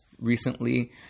recently